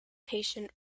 patient